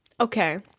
Okay